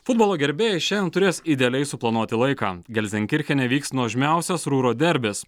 futbolo gerbėjai šiandien turės idealiai suplanuoti laiką gelizankirchene vyks nuožmiausias rūro derbis